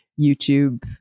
youtube